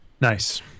nice